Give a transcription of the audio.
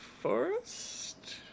forest